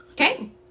Okay